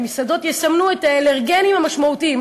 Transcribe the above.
שמסעדות יסמנו את האלרגנים המשמעותיים,